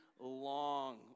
long